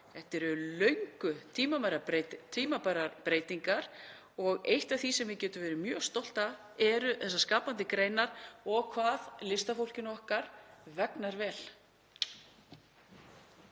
Þetta eru löngu tímabærar breytingar og eitt af því sem við getum verið mjög stolt af eru þessar skapandi greinar og hve listafólkinu okkar vegnar vel.